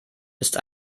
ist